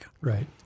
Right